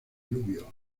diluvio